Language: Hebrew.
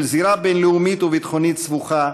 של זירה בין-לאומית וביטחונית סבוכה,